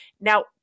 Now